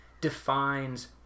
defines